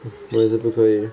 我也是不可以